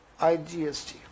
IGST